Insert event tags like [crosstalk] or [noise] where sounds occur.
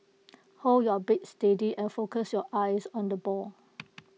hold your bat steady and focus your eyes on the ball [noise]